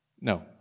No